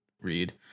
read